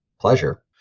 pleasure